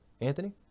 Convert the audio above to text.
Anthony